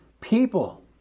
people